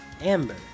amber